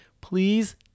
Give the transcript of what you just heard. please